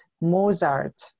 Mozart